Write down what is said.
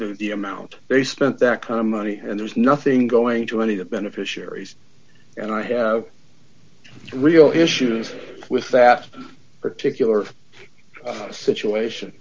the amount they spent that kind of money and there's nothing going to any the beneficiaries and i have real issues with that particular situation